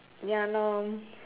ya lor